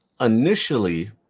initially